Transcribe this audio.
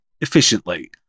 efficiently